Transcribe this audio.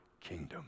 kingdom